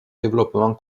développement